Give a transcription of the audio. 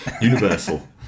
Universal